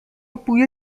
بوی